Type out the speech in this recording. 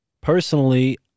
personally